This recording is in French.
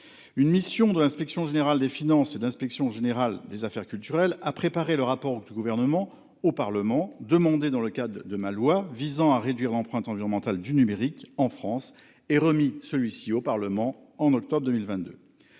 Une mission de l'Inspection générale des finances et de l'Inspection générale des affaires culturelles à préparer le rapport du gouvernement au Parlement demandé dans le cadre de ma loi visant à réduire l'empreinte environnementale du numérique en France et remis celui-ci au Parlement en octobre 2022.